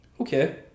Okay